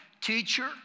Teacher